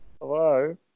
Hello